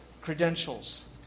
credentials